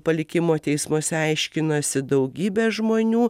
palikimo teismuose aiškinasi daugybę žmonių